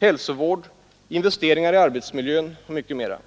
hälsovård, investeringar i arbetsmiljön och mycket mera.